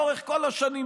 לאורך כל השנים,